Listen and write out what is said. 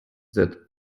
that